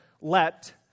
Let